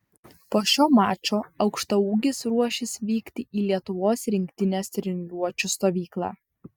po šio mačo aukštaūgis ruošis vykti į lietuvos rinktinės treniruočių stovyklą